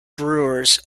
brewers